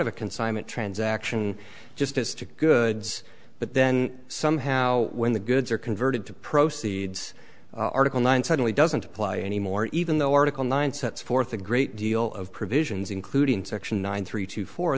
of a consignment transaction just as to goods but then somehow when the goods are converted to proceeds article nine suddenly doesn't apply anymore even though article nine sets forth a great deal of provisions including section one three two four